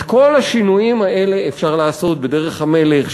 את כל השינויים האלה אפשר לעשות בדרך המלך,